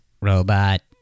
robot